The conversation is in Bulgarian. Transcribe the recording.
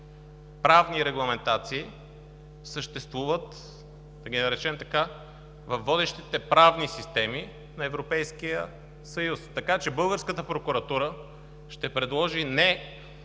правни регламентации съществуват, да ги наречем така, във водещите правни системи на Европейския съюз. Така че българската прокуратура ще предложи не